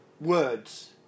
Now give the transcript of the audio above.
Words